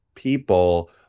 People